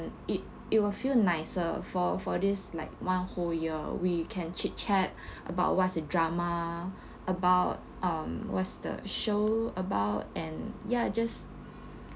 it it will feel nicer for for this like one whole year we can chit chat about what's the drama about um what's the show about and ya just